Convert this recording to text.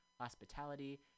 hospitality